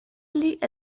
لیگ